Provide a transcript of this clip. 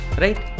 right